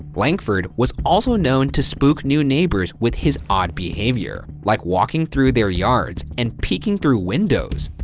langford was also known to spook new neighbors with his odd behavior, like walking through their yards and peeking through windows.